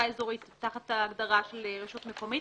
אזורית" תחת ההגדרה של רשות מקומית.